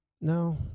No